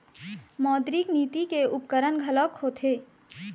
मौद्रिक नीति के उपकरन घलोक होथे